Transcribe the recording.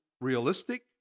realistic